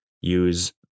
use